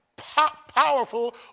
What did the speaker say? powerful